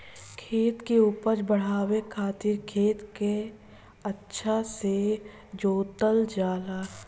खेत के उपज बढ़ावे खातिर खेत के अच्छा से जोतल जाला